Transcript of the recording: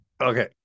okay